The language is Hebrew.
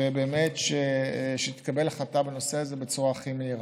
ובאמת שתתקבל החלטה בנושא הזה בצורה הכי מהירה.